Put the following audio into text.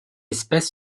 espèce